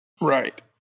Right